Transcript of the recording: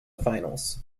finals